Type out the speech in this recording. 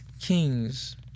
kings